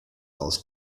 aus